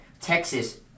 Texas